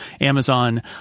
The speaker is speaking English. Amazon